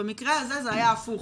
במקרה הזה זה היה הפוך.